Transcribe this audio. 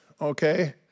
okay